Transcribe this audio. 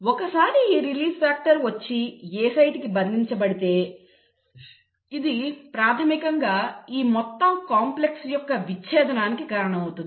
ఒకసారి ఈ release factor వచ్చి A సైట్కి బంధింపబడితే ఇది ప్రాథమికంగా ఈ మొత్తం కాంప్లెక్స్ యొక్క విచ్ఛేదనానికి కారణమవుతుంది